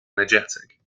energetic